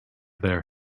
their